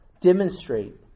demonstrate